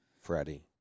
Freddie